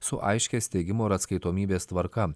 su aiškia steigimo ir atskaitomybės tvarka